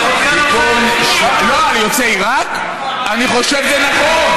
על יוצאי עיראק אני חושב שזה נכון.